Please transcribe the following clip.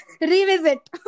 Revisit